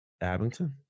Abington